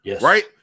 right